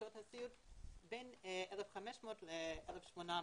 במוסדות הסיעוד בין 1,500 ל-1,800.